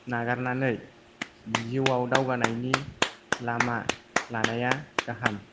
नागारनानै जिउआव दावगानायनि लामा लानाया गाहाम